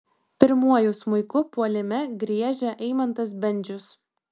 pirmuoju smuiku puolime griežia eimantas bendžius